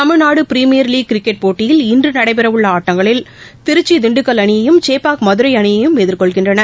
தமிழ்நாடுபிரிமியர் league cricket போட்டியில் இன்றுநடைபெறவுள்ளஆட்டங்களில் திருச்சி திண்டுக்கல் அணியையும் சேப்பாக் மதுரைஅணியையும் எதிர்கொள்கின்றன